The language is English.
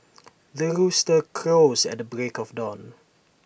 the rooster crows at the break of dawn